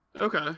Okay